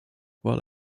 while